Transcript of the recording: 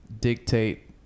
Dictate